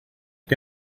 que